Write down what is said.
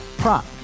Prop